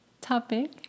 topic